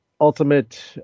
Ultimate